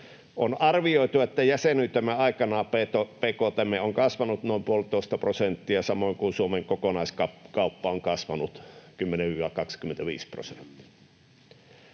On arvioitu, että jäsenyytemme aikana bkt:mme on kasvanut noin 1,5 prosenttia, samoin kuin Suomen kokonaiskauppa on kasvanut 10—25 prosenttia.